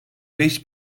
beş